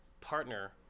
partner